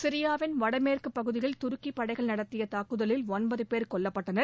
சிரியாவின் வடமேற்கு பகுதியில் துருக்கி படைகள் நடத்திய தாக்குதலில் ஒன்பது பேர் கொல்லப்பட்டனர்